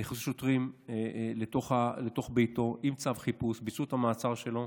נכנסו שוטרים לתוך ביתו עם צו חיפוש וביצעו את המעצר שלו,